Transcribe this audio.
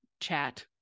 chat